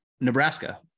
Nebraska